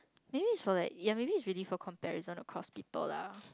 maybe is for like ya maybe is really for comparison across people lah